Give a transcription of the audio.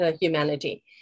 humanity